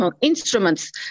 instruments